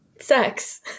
Sex